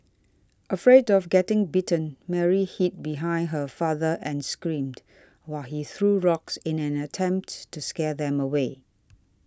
afraid of getting bitten Mary hid behind her father and screamed while he threw rocks in an attempt to scare them away